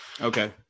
okay